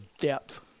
depth